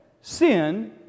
sin